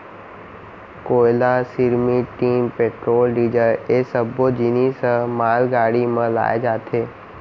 कोयला, cement, tin, petrol, diesel ए सब्बो जिनिस ह मालगाड़ी म लाए जाथे